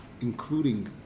including